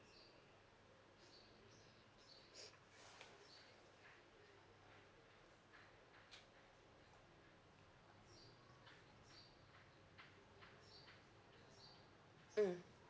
mm